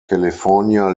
california